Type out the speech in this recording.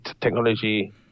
technology